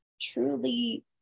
truly